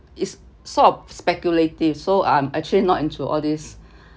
is sort of speculative so I'm actually not into all these